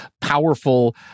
powerful